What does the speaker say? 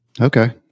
Okay